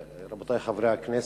רבותי חברי הכנסת,